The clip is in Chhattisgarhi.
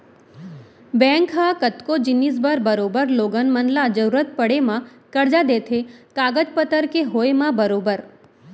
बैंक ह कतको जिनिस बर बरोबर लोगन मन ल जरुरत पड़े म करजा देथे कागज पतर के होय म बरोबर